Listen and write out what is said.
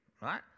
right